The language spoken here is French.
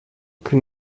que